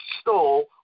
stole